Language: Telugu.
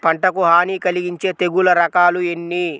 పంటకు హాని కలిగించే తెగుళ్ల రకాలు ఎన్ని?